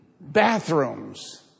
bathrooms